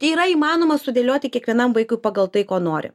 tai yra įmanoma sudėlioti kiekvienam vaikui pagal tai ko nori